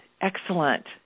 excellent